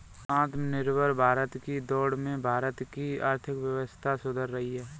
आत्मनिर्भर भारत की दौड़ में भारत की आर्थिक व्यवस्था सुधर रही है